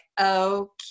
okay